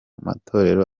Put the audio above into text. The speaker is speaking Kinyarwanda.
matorero